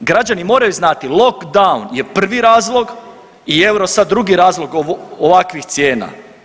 Građani moraju znati lockdown je prvi razlog i euro sad drugi razlog ovakvih cijena.